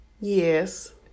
Yes